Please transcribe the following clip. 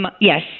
Yes